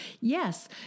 Yes